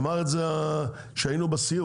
אמר את זה שהיינו בסיור,